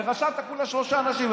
וחשבת כולה שלושה אנשים,